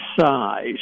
size